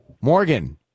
Morgan